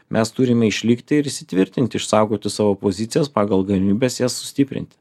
mes turime išlikti ir įsitvirtinti išsaugoti savo pozicijas pagal galimybes jas sustiprinti